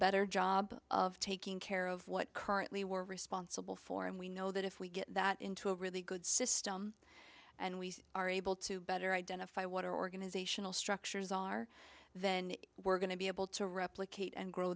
better job of taking care of what currently were responsible for and we know that if we get that into a really good system and we are able to better identify what our organizational structures are then we're going to be able to replicate and grow